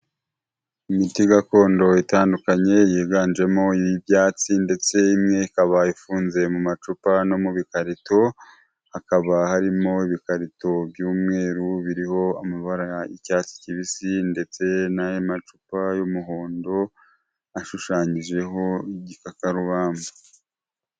Imiti gakondo itandukanye yiganjemo y'ibyatsi ndetse imwe ikaba ifunze mu macupa no mu bikarito, hakaba harimo ibikarito by'mweru biriho ama y'icyatsi kibisi ndetse nay'amacupa y'umuhondo ashushanyijeho igikakarubamba.